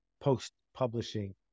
post-publishing